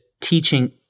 teaching